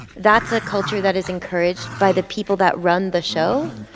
that's a culture that is encouraged by the people that run the show.